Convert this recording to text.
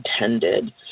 intended